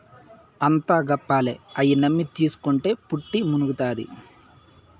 అంతా గప్పాలే, అయ్యి నమ్మి తీస్కుంటే పుట్టి మునుగుతాది